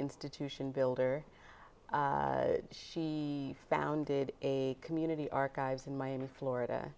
institution builder she founded a community archives in miami florida